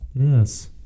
Yes